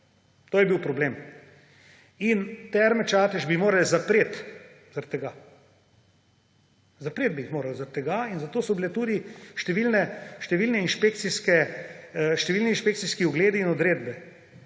To je bil problem in Terme Čatež bi morali zapreti zaradi tega. Zapreti bi jih morali zaradi tega in zato so bili tudi številni inšpekcijski ogledi in odredbe.